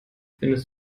findest